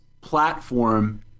platform